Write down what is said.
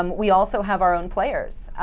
um we also have our own players.